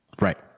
Right